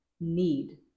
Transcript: need